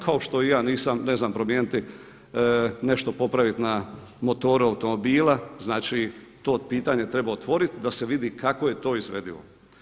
Kao što i ja ne znam promijeniti nešto popraviti na motoru automobila, znači to pitanje treba otvoriti da se vidi kako je to izvedivo.